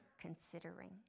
considering